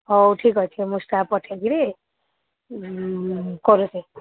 ହଉ ଠିକ୍ ଅଛି ମୁଁ ଷ୍ଟାଫ୍ ପଠେଇ କିରି କରିବେ